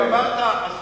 אתה אמרת,